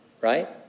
Right